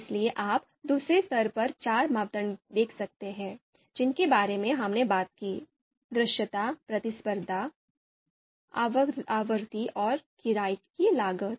इसलिए आप दूसरे स्तर पर चार मापदंड देख सकते हैं जिनके बारे में हमने बात की दृश्यता प्रतिस्पर्धा आवृत्ति और किराये की लागत